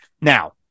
Now